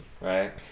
right